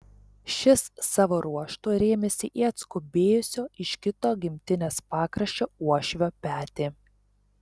šis savo ruoštu rėmėsi į atskubėjusio iš kito gimtinės pakraščio uošvio petį